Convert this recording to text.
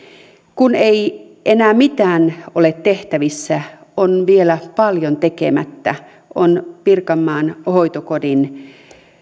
kun ei enää mitään ole tehtävissä on vielä paljon tekemättä on pirkanmaan hoitokodin